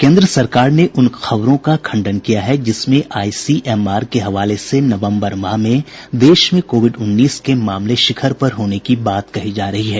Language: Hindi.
केन्द्र सरकार ने उन खबरों का खंडन किया है जिसमें आईसीएमआर के हवाले से नवम्बर माह में देश में कोविड उन्नीस के मामले शिखर पर होने की बात कही जा रही है